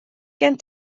gen